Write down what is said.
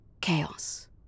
Chaos